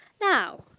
Now